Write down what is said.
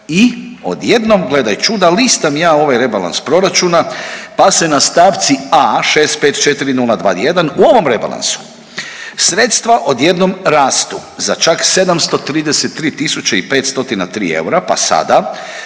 I odjednom gledaj čuda listam ja ovaj rebalans proračuna pa se na stavci A654021 u ovom rebalansu sredstva odjednom rastu za čak 733.503 eura pa sada